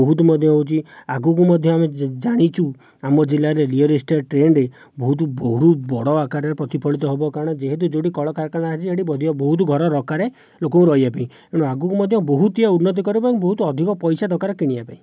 ବହୁତ ମଧ୍ୟ ହେଉଛି ଆଗକୁ ମଧ୍ୟ ଆମେ ଜାଣିଛୁ ଆମ ଜିଲ୍ଲାରେ ରିଅଲ ଇଷ୍ଟେଟ ଟ୍ରେଣ୍ଡ ବହୁତ ବହୁତ ବଡ଼ ଆକାରରେ ପ୍ରତିଫଳିତ ହେବ କାରଣ ଯେହେତୁ ଯେଉଁଠି କଳକାରଖାନା ଅଛି ସେଠି ଅଧିକ ବହୁତ ଘର ଦରକାର ଲୋକଙ୍କ ରହିବା ପାଇଁ ଏଣୁ ଆଗକୁ ମଧ୍ୟ ବହୁତ ଇଏ ଉନ୍ନତି କରିବ ଏବଂ ବହୁତ ଅଧିକ ପଇସା ଦରକାର କିଣିବା ପାଇଁ